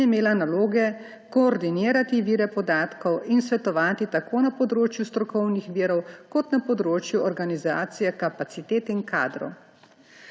in imela naloge koordinirati vire podatkov in svetovati tako na področju strokovnih virov kot na področju organizacije kapacitet in kadrov.